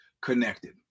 connected